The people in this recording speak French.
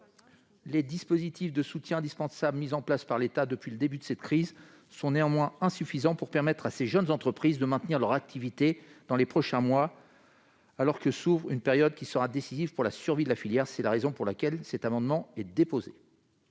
Les dispositifs de soutien indispensables mis en place par l'État depuis le début de cette crise sont insuffisants pour permettre à ces jeunes entreprises de maintenir leur activité dans les prochains mois, alors que s'ouvre une période qui sera décisive pour la survie de la filière. La parole est à M. Daniel Chasseing, pour